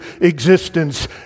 existence